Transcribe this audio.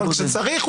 אבל כשצריך,